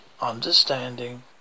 understanding